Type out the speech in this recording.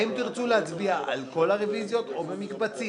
האם תרצו להצביע על כל הרביזיות או במקבצים?